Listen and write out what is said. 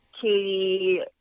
Katie